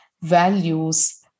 values